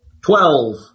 Twelve